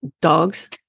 Dogs